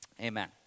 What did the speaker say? Amen